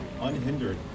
unhindered